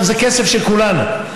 זה כסף של כולנו.